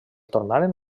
tornaren